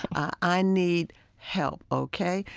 i need help ok.